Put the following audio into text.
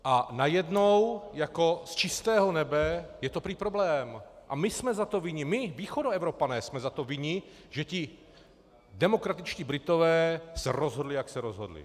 A najednou jako z čistého nebe je to prý problém a my jsme za to vinni, my, Východoevropané jsme za to vinni, že ti demokratičtí Britové se rozhodli, jak se rozhodli.